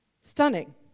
Stunning